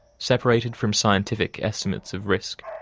separated from scientific estimates of risk.